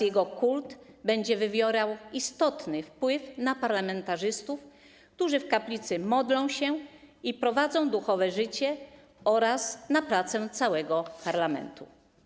Jego kult będzie wywierał istotny wpływ na parlamentarzystów, którzy w kaplicy modlą się i prowadzą duchowe życie, oraz na pracę całego parlamentu.